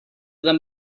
them